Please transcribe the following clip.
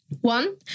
One